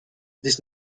this